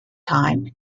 time